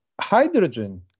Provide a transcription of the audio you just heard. Hydrogen